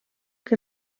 que